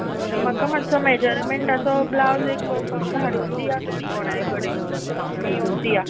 बरें म्हाका मात्सो मॅजरमँटाचो ब्लाउज एक धाडून दिया तुमी कोणाय कडेन नाल्या तुमी येवन दिया